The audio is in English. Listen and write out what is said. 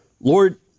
Lord